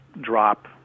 drop